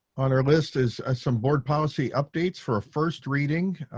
on our list is ah some board policy updates for a first reading.